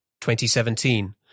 2017